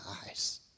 eyes